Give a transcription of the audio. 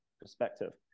perspective